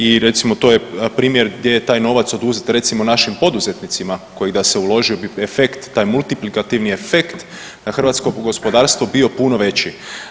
I recimo to je primjer gdje je taj novac oduzet recimo našim poduzetnicima koji da se uložio bi efekt taj multiplikativni efekt u hrvatskom gospodarstvu bio puno veći.